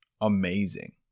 amazing